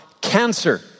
cancer